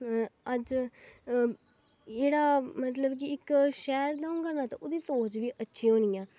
अज्ज जेह्ड़ा मतलब कि इक शैह्र दा होगा ना ते ओह्दी सोच बी अच्छी होनी ऐ